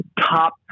top